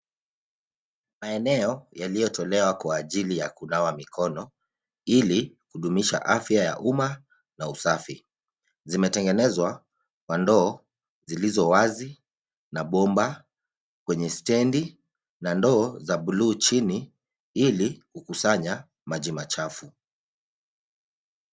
Maeneo yalitolewa kwa ajili ya kunawa mikono ili kudumisha afya ya umma na usafi. Zimetengenezwa kwa ndoo zilizo wazi na bomba kwenye stendi na ndoo za buluu chini ili kukusanya maji machafu.